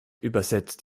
übersetzt